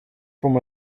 from